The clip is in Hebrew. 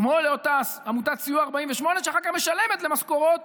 כמו לאותה עמותת סיוע 48, שאחר כך משלמת משכורות